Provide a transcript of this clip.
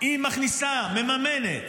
היא מכניסה ומממנת